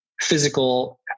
physical